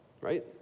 right